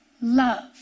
love